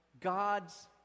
God's